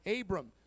Abram